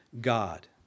God